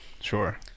Sure